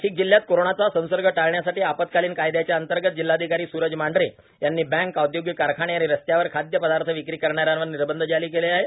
नाशिक जिल्ह्यात कोरोनाचा संसर्ग टाळण्यासाठी आपत्कालीन कायदयाच्या अंतर्गत जिल्हाधिकारी सूरज मांढरे यांनी बँका औद्योगिक कारखाने आणि रस्त्यावर खाद्य पदार्थ विक्री करणार्यावर निर्बंध जाहीर केले आहेत